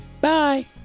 Bye